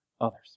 others